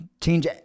change